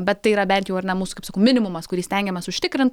bet tai yra bent jau ar ne mūsų kaip sakau minimumas kurį stengiamės užtikrint